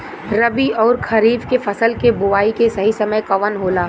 रबी अउर खरीफ के फसल के बोआई के सही समय कवन होला?